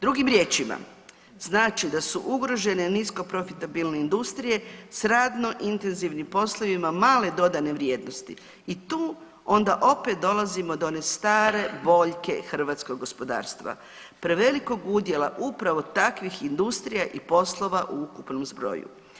Drugim riječima, znači da su ugrožene nisko profitabilne industrije s radno intenzivnim poslovima male dodane vrijednosti i tu onda opet dolazimo do one stare boljke hrvatskog gospodarstva, prevelikog udjela upravo takvih industrija i poslova u ukupnom zbroju.